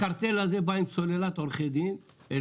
הקרטל הזה בא עם סוללת עורכי דין אל